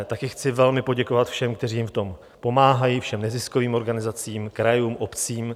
Také chci velmi poděkovat všem, kteří jim v tom pomáhají, všem neziskovým organizacím, krajům, obcím.